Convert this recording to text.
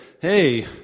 hey